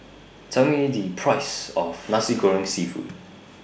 Tell Me The Price of Nasi Goreng Seafood